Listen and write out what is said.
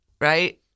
Right